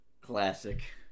classic